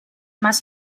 más